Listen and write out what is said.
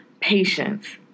Patience